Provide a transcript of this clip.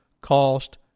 cost